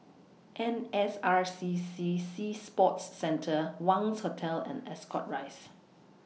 N S R C C Sea Sports Centre Wangz Hotel and Ascot Rise